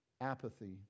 apathy